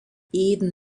eden